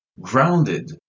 grounded